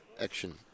action